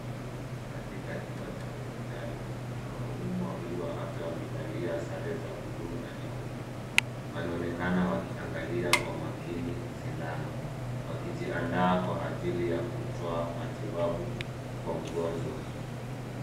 Katika chumba cha hospitali, wahudumu wawili wa afya wamevalia sare za blue na nyeupe. Wanaonekana wakiangalia kwa makini sindano, wakijiandaa kwa ajili ya kutoa matibabu kwa mgonjwa.